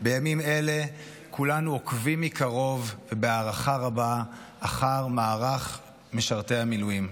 בימים אלה כולנו עוקבים מקרוב ובהערכה רבה אחר מערך משרתי המילואים.